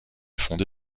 fondé